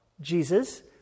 Jesus